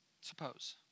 Suppose